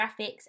graphics